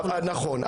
נכון,